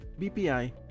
BPI